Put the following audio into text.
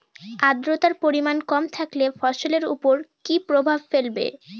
আদ্রর্তার পরিমান কম থাকলে ফসলের উপর কি কি প্রভাব ফেলবে?